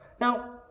Now